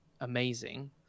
amazing